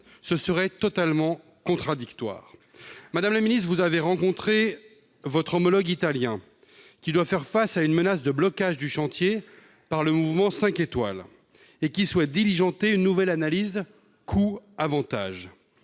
ce serait totalement contradictoire. Madame la ministre, vous avez rencontré votre homologue italien. Il fait face à une menace de blocage du chantier par le Mouvement 5 étoiles et souhaite diligenter une nouvelle analyse coûts-avantages.